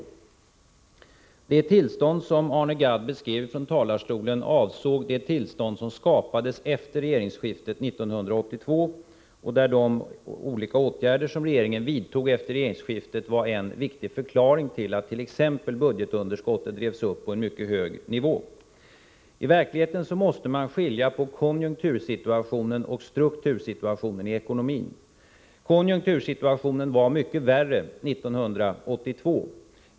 Det läge som Arne Gadd beskrev från talarstolen avsåg det tillstånd som skapades efter regeringsskiftet 1982. De olika åtgärder som regeringen vidtog efter regeringsskiftet utgör en viktig förklaring till att t.ex. budgetunderskottet drevs upp på en mycket hög nivå. I verkligheten måste man skilja på konjunktursituationen och struktursituationen i ekonomin. Konjunktursituationen var mycket värre 1982.